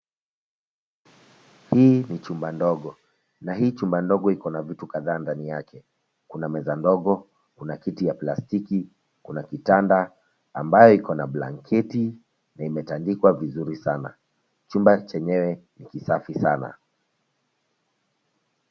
Hii ni chumba ndogo, na hii chumba ndogo iko na vitu kadhaa ndani yake. Kuna meza ndogo, kuna kiti ya plastiki, kuna kitanda ambaye iko na blanketi na imetandikwa vizuri sana. Chumba chenyewe ni kisafi sana.